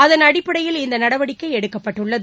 அதன் அடிப்படையில் இந்த நடவடிக்கை எடுக்கப்பட்டுள்ளது